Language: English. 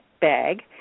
Bag